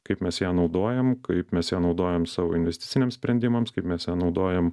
kaip mes ją naudojam kaip mes ją naudojam savo investiciniams sprendimams kaip mes ją naudojam